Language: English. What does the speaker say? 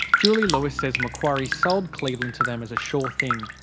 julie lewis says macquarie sold cleveland to them as a sure thing.